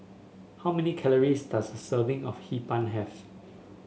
how many calories does a serving of Hee Pan have